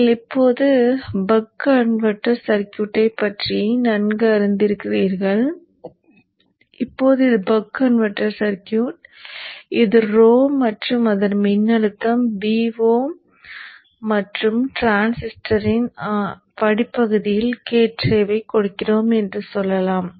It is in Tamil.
நீங்கள் இப்போது பக் கன்வெர்ட்டர் சர்க்யூட்டைப் பற்றி நன்கு அறிந்திருக்கிறீர்கள் இப்போது இது பக் கன்வெர்ட்டர் சர்க்யூட் இது Ro மற்றும் அதன் மின்னழுத்தம் Vo மற்றும் டிரான்சிஸ்டரின் அடிப்பகுதிக்கு கேட் டிரைவைக் கொடுக்கிறோம் என்று சொல்லலாம்